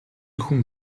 хүн